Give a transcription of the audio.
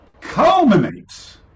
culminates